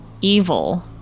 evil